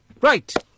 Right